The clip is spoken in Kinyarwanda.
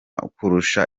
kurusha